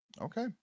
Okay